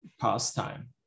pastime